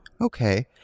Okay